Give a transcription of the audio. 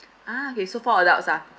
ah okay so four adults ah